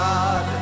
God